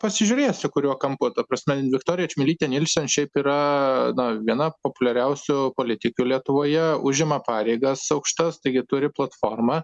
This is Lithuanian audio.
pasižiūrėsi kuriuo kampu ta prasme viktorija čmilytė nilsen šiaip yra dar viena na populiariausių politikių lietuvoje užima pareigas aukštas taigi turi platformą